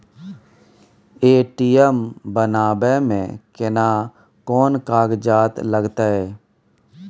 ATM बनाबै मे केना कोन कागजात लागतै?